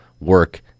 work